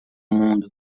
mundo